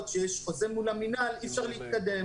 שיש חוזה מול המנהל אי אפשר להתקדם.